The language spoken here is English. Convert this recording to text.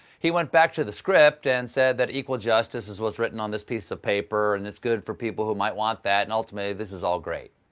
he went back to the script and said that equal justice is what's written on this piece of paper, and it's good for people who might want that and, ultimately, this is all great.